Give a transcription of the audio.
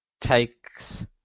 takes